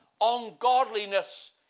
ungodliness